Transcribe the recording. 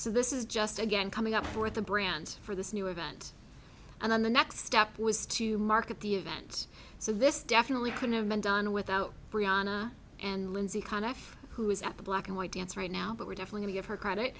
so this is just again coming up for the brands for this new event and then the next step was to market the event so this definitely could have been done without brianna and lindsay kind of who is at the black and white dance right now but we definitely give her credit